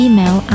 Email